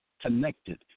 connected